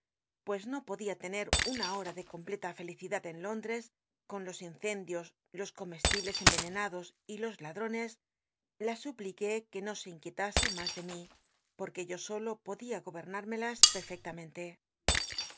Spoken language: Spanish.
pues no podía tener una hora de completa felicidad en lóndres con los incendios los co mestibles emcnenados y los ladrones la supliqué que no se inquietase mas de mi porque yo solo podía goberné melas perfectamente